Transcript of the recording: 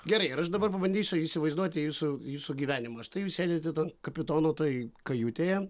gerai aš dabar pabandysiu įsivaizduoti jūsų jūsų gyvenimą štai jūs sėdite ant kapitono toj kajutėje